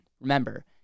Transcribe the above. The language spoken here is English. Remember